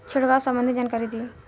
छिड़काव संबंधित जानकारी दी?